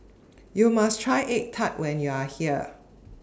YOU must Try Egg Tart when YOU Are here